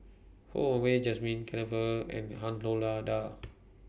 Ho Wah Jesmine and Han La DA